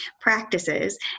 practices